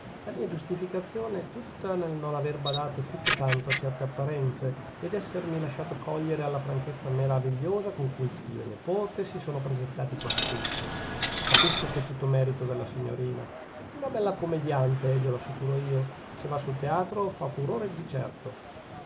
la mia giustificazione è tutta nel non aver badato più che tanto a certe apparenze ed essermi lasciato cogliere alla franchezza meravigliosa con cui zio e nepote si sono presentati quassù capisco che è tutto merito della signorina una bella commediante glielo assicuro io se va sul teatro fa furore di certo